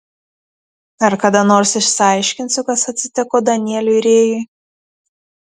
ar kada nors išsiaiškinsiu kas atsitiko danieliui rėjui